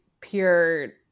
pure